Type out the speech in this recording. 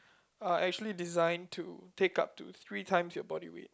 are actually designed to take up to three times your body weight